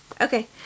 Okay